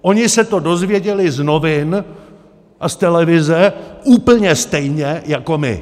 Oni se to dozvěděli z novin a z televize úplně stejně jako my.